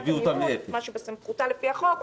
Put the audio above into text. מה שבסמכותה לעשות לפי החוק,